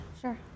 Sure